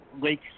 lake